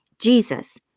Jesus